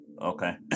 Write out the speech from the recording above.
Okay